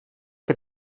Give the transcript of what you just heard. que